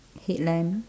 headlamp